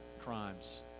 crimes